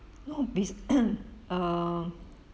no basic um